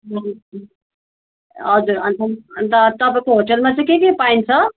हजुर अन्त अन्त तपाईँको होटलमा चाहिँ के के पाइन्छ